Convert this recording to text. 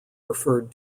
referred